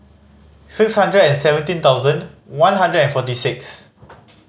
six hundred and seventeen thousand one hundred and forty six